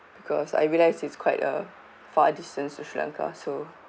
because I realise it's quite uh far distance to sri lanka so